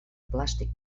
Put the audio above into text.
plàstic